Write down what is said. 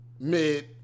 Mid